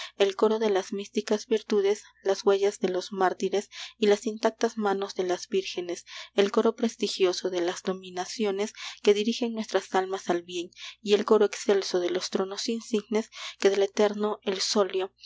el coro de las místicas virtudes las huellas de los mártires y las intactas manos de las vírgenes el coro prestigioso de las dominaciones que dirigen nuestras almas al bien y el coro excelso de los tronos insignes que del eterno el solio